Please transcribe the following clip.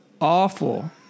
awful